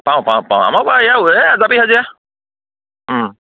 পাওঁ পাওঁ পওঁ আমাৰ এই এই জাপিখাজিয়া